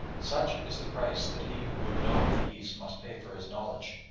such is the price that he who would know the east must pay for his knowledge,